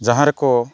ᱡᱟᱦᱟᱸ ᱨᱮᱠᱚ